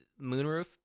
moonroof